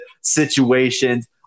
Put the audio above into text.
situations